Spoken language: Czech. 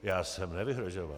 Já jsem nevyhrožoval.